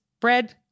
bread